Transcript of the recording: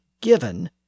given